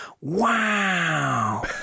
wow